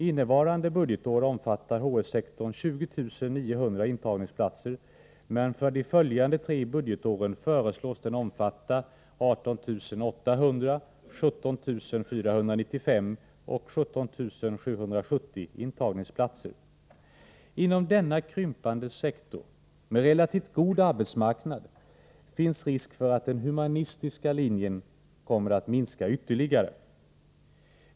Innevarande budgetår omfattar hs-sektorn 20 900 intagningsplatser, men för de följande tre budgetåren föreslås den omfatta 18 800, 17 495 och 17 770 intagningsplatser. Inom denna krympande sektor, med relativt god arbetsmarknad, finns risk för att den humanistiska linjen kommer att minska ytterligare.